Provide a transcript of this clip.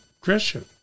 Christian